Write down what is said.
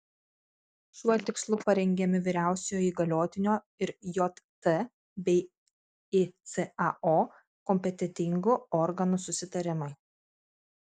šiuo tikslu parengiami vyriausiojo įgaliotinio ir jt bei icao kompetentingų organų susitarimai